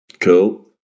Cool